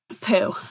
Poo